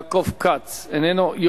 חבר הכנסת יעקב כץ, איננו.